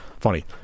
funny